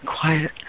quiet